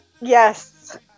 yes